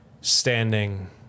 standing